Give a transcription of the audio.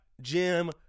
Jim